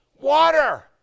water